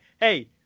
hey